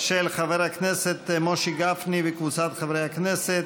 של חבר הכנסת משה גפני וקבוצת חברי הכנסת.